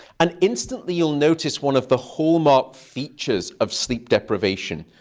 and instantly, you'll notice one of the hallmark features of sleep deprivation,